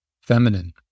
feminine